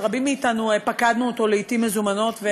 שרבים מאתנו פקדנו אותו לעתים מזומנות,